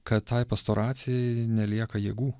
kad tai pastoracijai nelieka jėgų